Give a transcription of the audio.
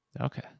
Okay